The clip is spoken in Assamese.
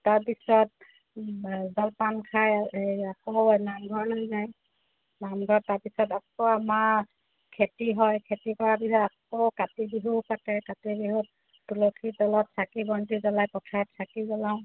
তাৰপিছত জলপান খাই এই আকৌ নামঘৰলৈ যায় নামঘৰত তাৰপিছত আকৌ মাহ খেতি হয় খেতি কৰা পিছত আকৌ কাতি বিহু পাতে কাতি বিহুত তুলসী তলত চাকি বন্তি জ্বলাই পথাৰত চাকি জ্বলাওঁ